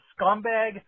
scumbag